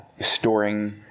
storing